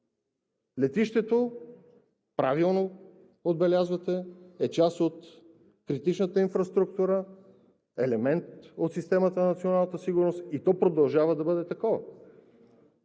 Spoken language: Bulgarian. Летището, правилно отбелязвате, е част от критичната инфраструктура, елемент от системата на националната сигурност, и то продължава да бъде такова.